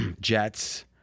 Jets